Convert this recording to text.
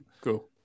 cool